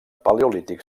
paleolític